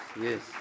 yes